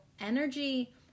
energy